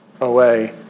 away